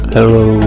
Hello